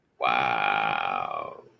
Wow